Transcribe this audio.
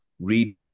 read